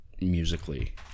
musically